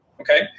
okay